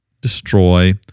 destroy